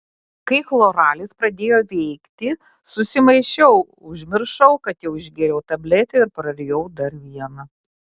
kai chloralis ėmė veikti susimaišiau užmiršau kad jau išgėriau tabletę ir prarijau dar vieną